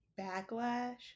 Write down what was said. backlash